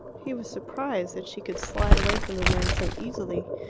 he was surprised that she could slide away from the man so easily.